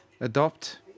Adopt